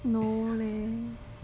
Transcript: no leh